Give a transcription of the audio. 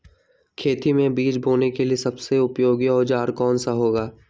खेत मै बीज बोने के लिए सबसे ज्यादा उपयोगी औजार कौन सा होगा?